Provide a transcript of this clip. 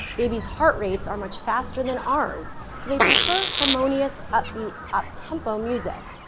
baby's heart rates are much faster than ours, so they prefer harmonious upbeat, up tempo music.